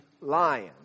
lion